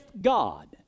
God